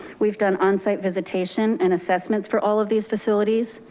we've done onsite visitation and assessments for all of these facilities.